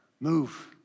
move